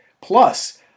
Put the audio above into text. Plus